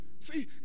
See